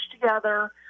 together